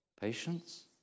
patience